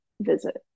visit